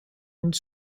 une